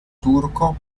turco